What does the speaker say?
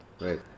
Right